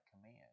command